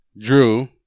Drew